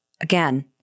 Again